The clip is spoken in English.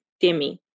Demi